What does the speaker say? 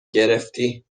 گرفتی